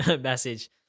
message